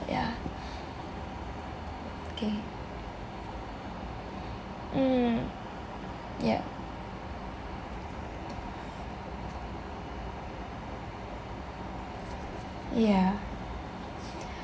yah okay mm yah yah